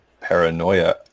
paranoia